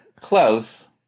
Close